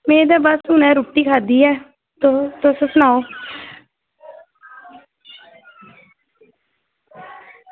में ते बस हूनै रुट्टी खाद्धी ऐ ते तुस सनाओ